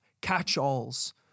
catch-alls